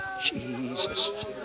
Jesus